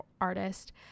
artist